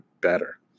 better